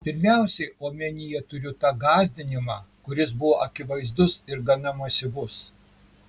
pirmiausiai omenyje turiu tą gąsdinimą kuris buvo akivaizdus ir gana masyvus